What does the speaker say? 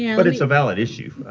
yeah but it's a valid issue.